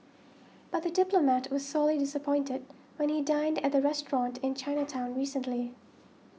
but the diplomat was sorely disappointed when he dined at the restaurant in Chinatown recently